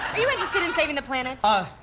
are you interested in saving the planet? ah,